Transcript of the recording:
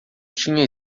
tinha